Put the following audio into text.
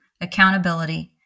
accountability